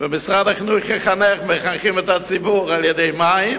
ומשרד החינוך יחנכו את הציבור, על-ידי מים